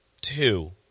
two